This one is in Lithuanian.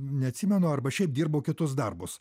neatsimenu arba šiaip dirbau kitus darbus